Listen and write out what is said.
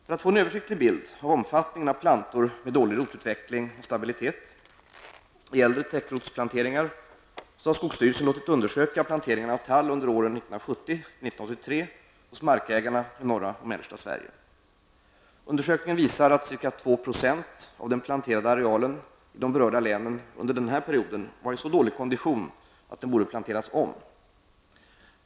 För att få en översiktlig bild av omfattningen av plantor med dålig rotutveckling och stabilitet i äldre täckrotsplanteringar har skogsstyrelsen låtit undersöka planteringarna av tall under åren 1970-- Undersökningen visar att ca 2 % av den planterade arealen i de berörda länen under denna period var i så dålig kondition att den borde planteras om.